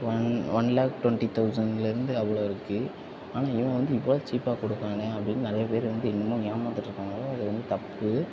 இப்போ one one lakh twenty தௌசண்ட்லருந்து அவ்வளோ இருக்கு ஆனால் இவன் வந்து இவ்வளோ சீப்பாக கொடுக்குறான்னே அப்படின்னு நிறைய பேர் வந்து இன்னும் ஏமாந்துட்டு இருக்காங்க இது வந்து தப்பு